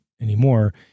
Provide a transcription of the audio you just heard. anymore